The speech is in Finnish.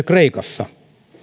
kreikassa